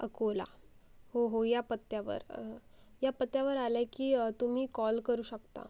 अकोला हो हो या पत्त्यावर या पत्त्यावर आल्या की तुम्मी कॉल करू शकता